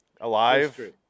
Alive